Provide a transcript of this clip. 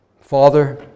Father